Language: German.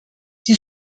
die